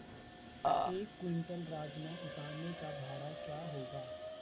एक क्विंटल राजमा उतारने का भाड़ा क्या होगा?